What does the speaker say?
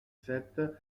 sept